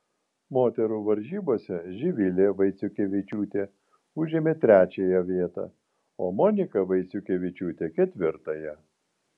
moterų varžybose živilė vaiciukevičiūtė užėmė trečiąją vietą o monika vaiciukevičiūtė ketvirtąją